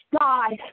God